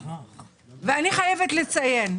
מה עשיתם פרט לסימון